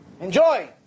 Enjoy